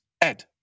Ed